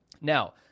Now